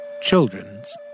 children's